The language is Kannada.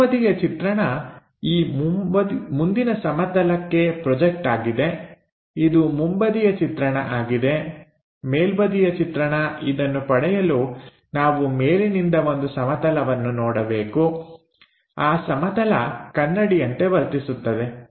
ಮುಂಬದಿಯ ಚಿತ್ರಣ ಈ ಮುಂದಿನ ಸಮತಲಕ್ಕೆ ಪ್ರೊಜೆಕ್ಟ್ ಆಗಿದೆ ಇದು ಮುಂಬದಿಯ ಚಿತ್ರಣ ಆಗಿದೆ ಮೇಲ್ಬದಿಯ ಚಿತ್ರಣ ಇದನ್ನು ಪಡೆಯಲು ನಾವು ಮೇಲಿನಿಂದ ಒಂದು ಸಮತಲವನ್ನು ನೋಡಬೇಕು ಆ ಸಮತಲ ಕನ್ನಡಿಯಂತೆ ವರ್ತಿಸುತ್ತದೆ